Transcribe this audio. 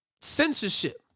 Censorship